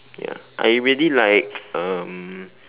ya I really like um